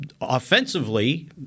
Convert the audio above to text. Offensively